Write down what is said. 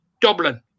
Dublin